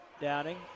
Downing